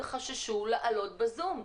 חששו לעלות בזום,